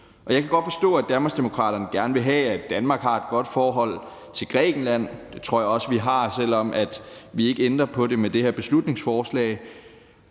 og jeg kan godt forstå, at Danmarksdemokraterne gerne vil have, at Danmark har et godt forhold til Grækenland. Det tror jeg også vi har, selv om vi ikke ændrer på noget som følge af det her beslutningsforslag.